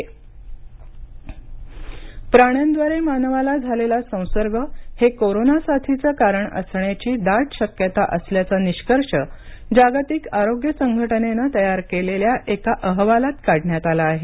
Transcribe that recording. जग कोरोना प्राण्यांद्वारे मानवाला झालेला संसर्ग हे कोरोना साथीचे कारण असण्याची दाट शक्यता असल्याचा निष्कर्ष जागतिक आरोग्य संघटनेने तयार केलेल्या एका अहवालात काढण्यात आला आहे